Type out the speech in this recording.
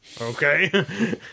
Okay